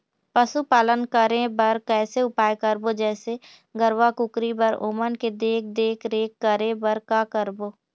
पशुपालन करें बर कैसे उपाय करबो, जैसे गरवा, कुकरी बर ओमन के देख देख रेख करें बर का करबो?